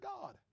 God